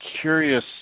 curious